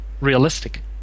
realistic